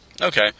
Okay